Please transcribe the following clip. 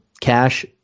cash